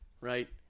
right